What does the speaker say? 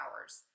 hours